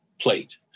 plate